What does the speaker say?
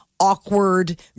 awkward